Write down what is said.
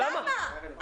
למה?